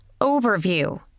Overview